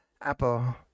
Apple